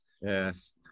yes